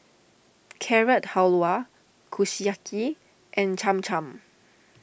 Carrot Halwa Kushiyaki and Cham Cham